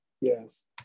yes